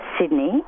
Sydney